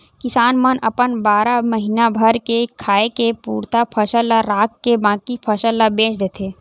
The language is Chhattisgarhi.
किसान मन अपन बारा महीना भर के खाए के पुरतन फसल ल राखके बाकी फसल ल बेच देथे